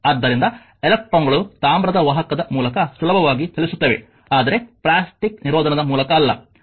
ಆದ್ದರಿಂದ ಎಲೆಕ್ಟ್ರಾನ್ಗಳು ತಾಮ್ರದ ವಾಹಕದ ಮೂಲಕ ಸುಲಭವಾಗಿ ಚಲಿಸುತ್ತವೆ ಆದರೆ ಪ್ಲಾಸ್ಟಿಕ್ ನಿರೋಧನದ ಮೂಲಕ ಅಲ್ಲ